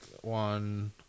one –